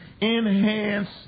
enhance